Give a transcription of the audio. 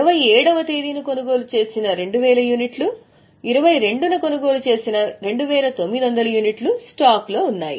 27 వ తేదీన కొనుగోలు చేసిన 2000 యూనిట్లు 22 న కొనుగోలు చేసిన 2900 యూనిట్లు స్టాక్ లో ఉన్నాయి